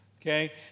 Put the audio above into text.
okay